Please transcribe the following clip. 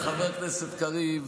אבל חבר הכנסת קריב,